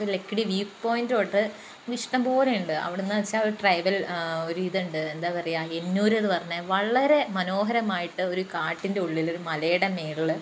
Lakkidi view point തൊട്ട് ഇഷ്ടംപോലെ ഇണ്ട് അവിടെന്നു വെച്ചാൽ ഒരു ട്രൈബെൽ ഒരിതുണ്ട് എന്താ പറയാ എന്നൂരെന്ന് പറഞ്ഞ് വളരെ മനോഹരമായിട്ട് ഒരു കാട്ടിൻ്റെ ഉള്ളിലൊരു മലേടെ മേളില്